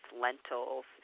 lentils